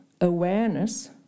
awareness